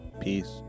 Peace